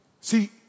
See